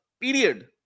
period